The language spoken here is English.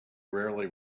rarely